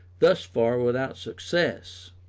thus far without success.